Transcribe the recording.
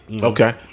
Okay